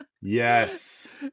yes